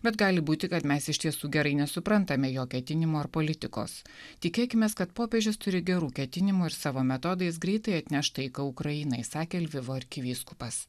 bet gali būti kad mes iš tiesų gerai nesuprantame jo ketinimų ar politikos tikėkimės kad popiežius turi gerų ketinimų ir savo metodais greitai atneš taiką ukrainai sakė lvivo arkivyskupas